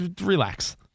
Relax